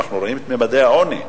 ואנחנו רואים את ממדי העוני.